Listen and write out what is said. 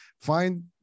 Find